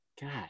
God